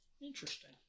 Interesting